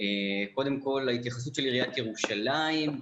קודם כל להתייחסות של עיריית ירושלים.